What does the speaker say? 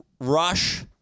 rush